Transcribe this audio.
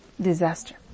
Disaster